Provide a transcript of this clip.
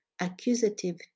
accusative